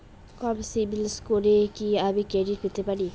কম সিবিল স্কোরে কি আমি ক্রেডিট পেতে পারি?